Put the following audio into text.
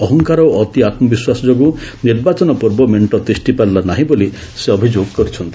ଅହଂକାର ଓ ଅତି ଆତ୍କବିଶ୍ୱାସ ଯୋଗୁଁ ନିର୍ବାଚନ ପୂର୍ବ ମେଣ୍ଟ ତିଷ୍ଠି ପାରିଲା ନାର୍ହି ବୋଲି ସେ ଅଭିଯୋଗ କରିଛନ୍ତି